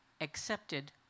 accepted